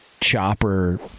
chopper